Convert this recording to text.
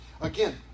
again